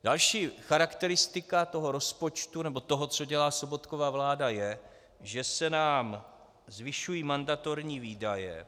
Další charakteristika toho rozpočtu nebo toho, co dělá Sobotkova vláda, je, že se nám zvyšují mandatorní výdaje.